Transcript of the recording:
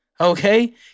okay